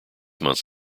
months